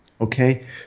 okay